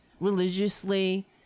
religiously